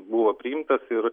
buvo priimtas ir